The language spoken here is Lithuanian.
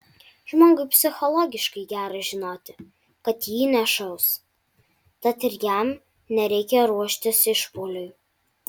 žmogui psichologiškai gera žinoti kad į jį nešaus tad ir jam nereikia ruoštis išpuoliui